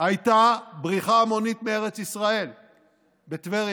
הייתה בריחה המונית מארץ ישראל בטבריה,